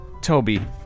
Toby